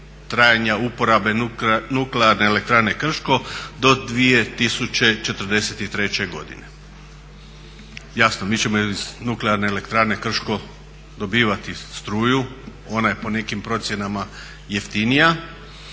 trajanja uporabe NE Krško do 2043. godine. Jasno, mi ćemo iz NE Krško dobivati struju, ona je po nekim procjenama jeftinija,